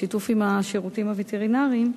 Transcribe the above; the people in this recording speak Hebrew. בשיתוף עם השירותים הווטרינריים,